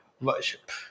worship